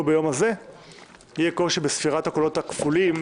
ביום הזה יהיה קושי בספירת המעטפות הכפולות